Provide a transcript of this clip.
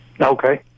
Okay